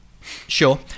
Sure